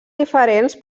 diferents